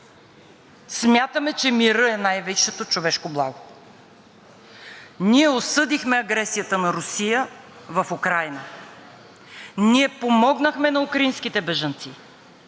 смятаме, че мирът е най-висшето човешко благо. Ние осъдихме агресията на Русия в Украйна. Ние помогнахме на украинските бежанци.